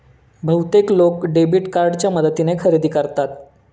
बहुतेक लोक डेबिट कार्डच्या मदतीने खरेदी करतात